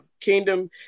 Kingdom